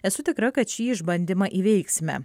esu tikra kad šį išbandymą įveiksime